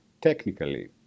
technically